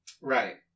Right